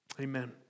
Amen